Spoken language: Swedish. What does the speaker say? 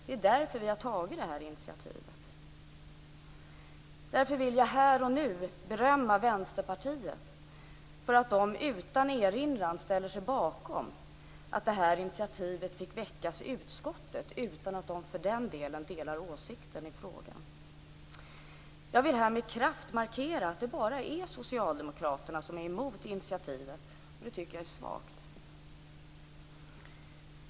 Det är därför vi har tagit det här initiativet. Därför vill jag här och nu berömma Vänsterpartiet för att man utan erinran ställer sig bakom att initiativet fick tas i utskottet, utan att man för den skull delar åsikten i fråga. Jag vill här med kraft markera att det bara är socialdemokraterna som är emot initiativet, och det tycker jag är svagt.